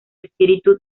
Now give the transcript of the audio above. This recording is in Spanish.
espíritu